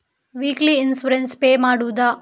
Weekly insurance pay ಮಾಡುವುದ?